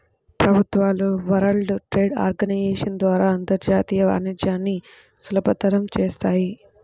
ప్రభుత్వాలు world trade organisation ద్వారా అంతర్జాతీయ వాణిజ్యాన్ని సులభతరం చేత్తాయి